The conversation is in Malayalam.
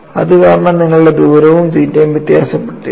അതുകാരണം നിങ്ങളുടെ ദൂരവും തീറ്റയും വ്യത്യാസപ്പെട്ടിരിക്കുന്നു